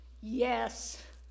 Yes